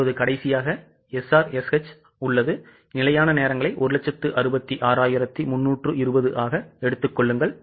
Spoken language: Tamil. இப்போது கடைசியாக SRSH ஆக உள்ளது நிலையான நேரங்களை 166320 ஆக எடுத்துக் கொள்ளுங்கள்